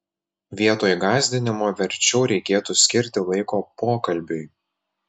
vietoj gąsdinimo verčiau reikėtų skirti laiko pokalbiui